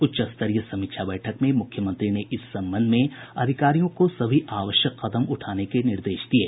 उच्चस्तरीय समीक्षा बैठक में मुख्यमंत्री ने इस संबंध में अधिकारियों को सभी आवश्यक कदम उठाने के निर्देश दिये